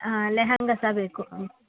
ಹಾಂ ಲೆಹಂಗಾ ಸಹ ಬೇಕು ಹ್ಞೂ